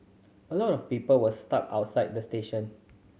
a lot of people were stuck outside the station